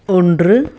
ஒன்று